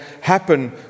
happen